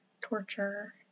torture